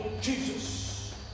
Jesus